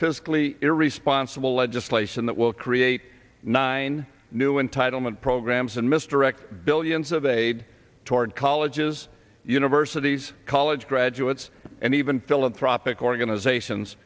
fiscally irresponsible legislation that will create nine new entitlement programs and mr x billions of aid toward colleges universities college graduates and even philanthropic organizations